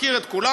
מכיר את כולם.